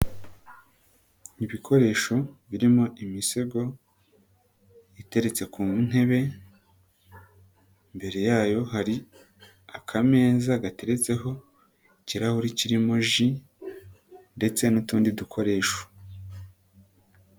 Ibikoresho birimo imisego iteretse ku ntebe, imbere yayo hari akameza gateretseho ikirahuri kirimo ji ndetse n'utundi dukoresho.